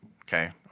okay